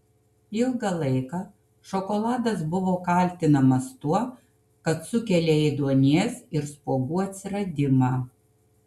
ilgą laiką šokoladas buvo kaltinamas tuo kad sukelia ėduonies ir spuogų atsiradimą